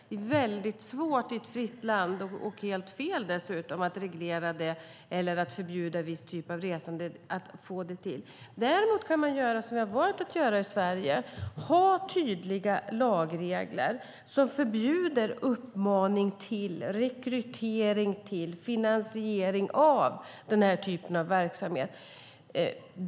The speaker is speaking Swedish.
Det är väldigt svårt i ett fritt land, och helt fel dessutom, att reglera det eller förbjuda en viss typ av resande. Däremot kan man göra som vi har valt att göra i Sverige: ha tydliga lagregler som förbjuder uppmaning till, rekrytering till och finansiering av den här typen av verksamhet.